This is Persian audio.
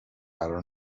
قرار